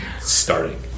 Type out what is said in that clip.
Starting